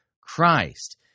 Christ